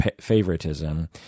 favoritism